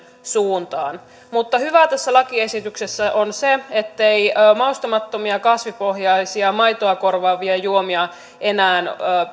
suuntaan mutta hyvää tässä lakiesityksessä on se ettei maustamattomia kasvipohjaisia maitoa korvaavia juomia enää